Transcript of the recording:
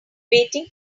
waiting